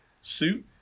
suit